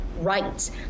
rights